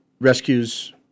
rescues